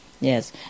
Yes